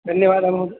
धन्यवादः महोदय